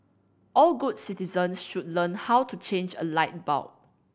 all good citizens should learn how to change a light bulb